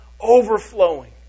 overflowing